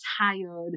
tired